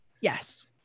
Yes